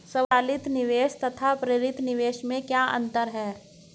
स्वचालित निवेश तथा प्रेरित निवेश में क्या अंतर है?